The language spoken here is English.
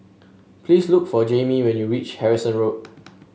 please look for Jaime when you reach Harrison Road